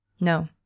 No